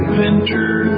venture